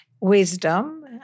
Wisdom